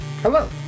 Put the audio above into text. Hello